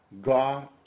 God